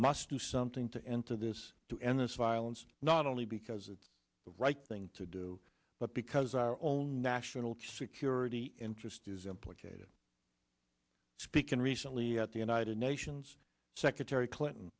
must do something to end to this to end this violence not only because it's the right thing to do but because our own national security interest is implicated speaking recently at the united nations secretary clinton